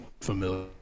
familiar